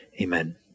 amen